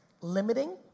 limiting